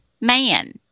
man